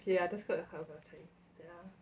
ya that's going to